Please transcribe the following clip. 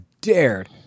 dared